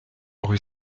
rue